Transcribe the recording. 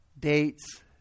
Dates